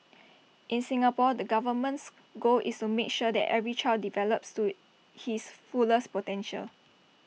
in Singapore the government's goal is to make sure that every child develops to his fullest potential